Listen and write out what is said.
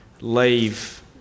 leave